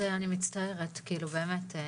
אני מצטערת, באמת.